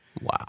Wow